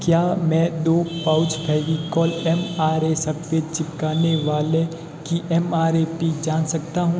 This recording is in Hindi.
क्या मैं दौ pouch Fevicol M R A सफ़ेद चिपकाने वाले की एम आर ए पी जान सकता हूँ